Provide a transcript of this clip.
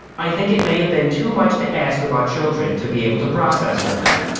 i think it may have been too much to ask of our children to be able to process all that.